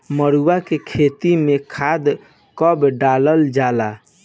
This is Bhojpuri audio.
मरुआ के खेती में खाद कब डालल जाला?